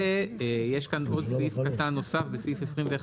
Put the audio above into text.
ויש כאן עוד סעיף קטן נוסף בסעיף 21,